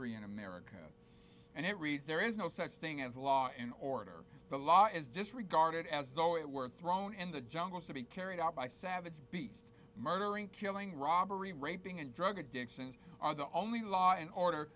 savagery in america and it reads there is no such thing as law and order the law is disregarded as though it were thrown in the jungles to be carried out by savage beast murdering killing robbery raping and drug addictions the only law and order